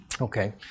Okay